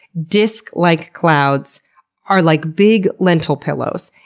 disc-like clouds are like big lentil pillows.